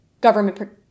government